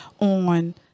on